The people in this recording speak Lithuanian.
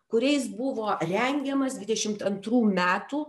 kuriais buvo rengiamas dvidešimt antrų metų